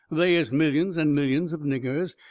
they is millions and millions of niggers,